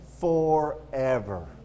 forever